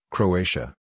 Croatia